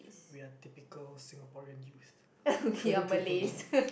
we are typical Singaporean youths going to Bugis